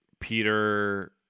Peter